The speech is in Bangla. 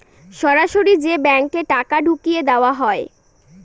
সরাসরি যে ব্যাঙ্কে টাকা ঢুকিয়ে দেওয়া হয়